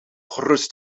gerust